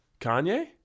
Kanye